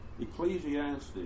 Ecclesiastes